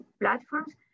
platforms